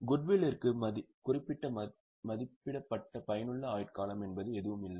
குட்வில்லிற்கு குறிப்பிட்ட மதிப்பிடப்பட்ட பயனுள்ள ஆயுட்காலம் என்பது எதுவும் இல்லை